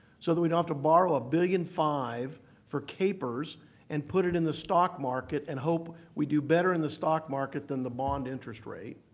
so we don't have to borrow a billion-five for kpers and put it in the stock market and hope we do better in the stock market than the bond interest rate.